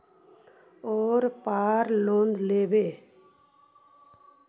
ओरापर लोन लेवै?